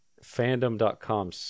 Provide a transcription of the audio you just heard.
Fandom.com